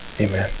amen